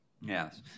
Yes